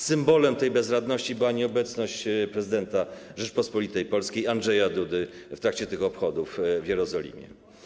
Symbolem tej bezradności była nieobecność prezydenta Rzeczypospolitej Polskiej Andrzeja Dudy w trakcie tych obchodów w Jerozolimie.